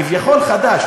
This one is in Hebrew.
כביכול חדש,